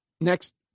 next